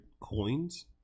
coins